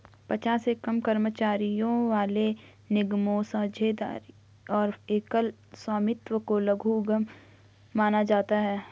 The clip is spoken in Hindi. पचास से कम कर्मचारियों वाले निगमों, साझेदारी और एकल स्वामित्व को लघु उद्यम माना जाता है